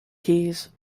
keys